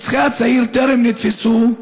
רוצחי הצעיר טרם נתפסו,